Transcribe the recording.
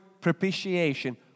propitiation